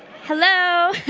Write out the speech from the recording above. hello.